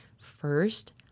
First